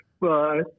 Bye